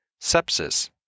sepsis